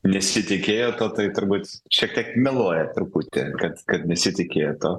nesitikėjo to tai turbūt šiek tiek meluoja truputį kad kad nesitikėjo to